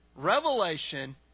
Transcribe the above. revelation